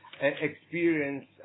experience